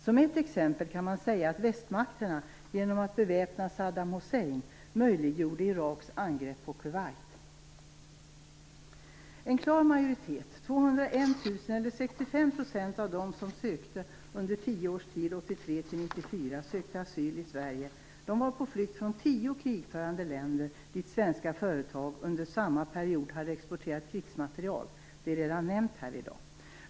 Som ett exempel kan man nämna att västmakterna, genom att beväpna Saddam Hussein, möjliggjorde 1983-1994 sökte asyl i Sverige, var på flykt från tio krigförande länder dit svenska företag under samma period hade exporterat krigsmateriel. Det är redan nämnt här i dag.